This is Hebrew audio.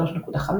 3.5,